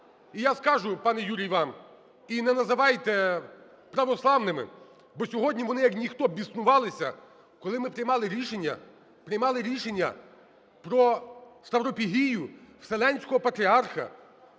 І я скажу, пане Юрій, вам, і не називайте православними. Бо сьогодні вони, як ніхто, біснувалися, коли ми приймали рішення, приймали рішення про Ставропігію Вселенського Патріарха